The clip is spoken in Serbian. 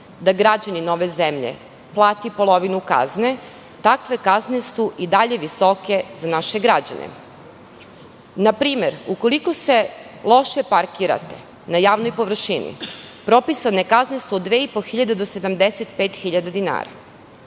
da građanin ove zemlje plati polovinu kazne, takve kazne su i dalje visoke za naše građane. Na primer, ukoliko se loše parkirate na javnoj površini propisane kazne su od dve i po hiljade